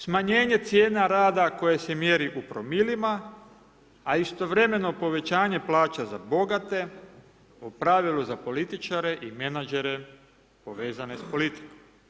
Smanjenje cijena rada koje se mjeri u promilima, a istovremeno povećanje plaća za bogate, po pravilu za političare i menadžere povezane s politikom.